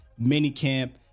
minicamp